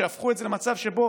שהפכו את זה למצב שבו